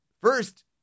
First